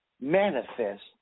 manifest